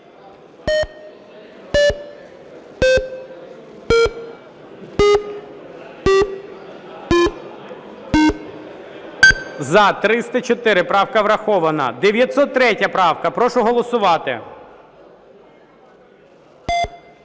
За-304 Правка врахована. 903-я правка. Прошу голосувати.